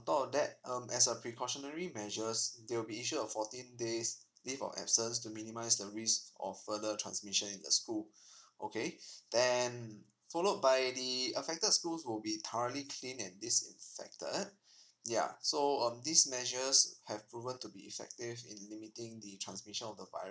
on top of that um as a precautionary measures they'll be issued a fourteen days leave of absence to minimise the risk of further transmission in the school okay then followed by the affected schools will be thoroughly cleaned and disinfected ya so um these measures have proven to be effective in limiting the transmission of the virus